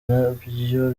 nabyo